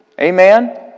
Amen